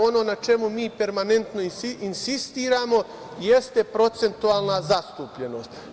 Ono na čemu mi permanentno insistiramo jeste procentualna zastupljenost.